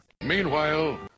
Meanwhile